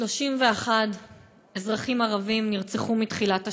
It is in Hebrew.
31 אזרחים ערבים נרצחו מתחילת השנה,